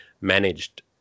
managed